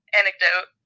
anecdote